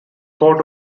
port